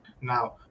now